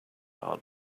heart